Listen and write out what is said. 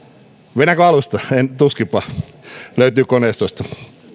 vedänkö alusta tuskinpa löytyy koneistosta